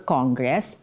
Congress